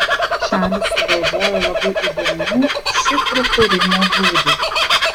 šalys sugalvojo labai įdomių šifrų kūrimo būdų